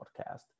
podcast